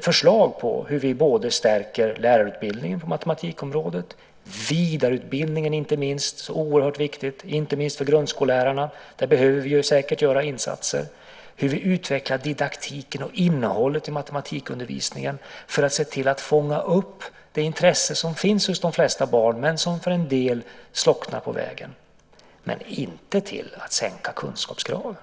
förslag till hur vi stärker lärarutbildningen på matematikområdet, till hur vi stärker vidareutbildningen som är oerhört viktig, inte minst för grundskollärarna - där behövs det säkert göras insatser - samt till hur vi utvecklar didaktiken och innehållet i matematikundervisningen så att man fångar upp det intresse som finns hos de flesta barn, men som för en del slocknar på vägen. Men vi ska inte sänka kunskapskraven.